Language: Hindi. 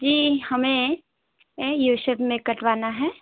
जी हमें ये यू शेप में कटवाना है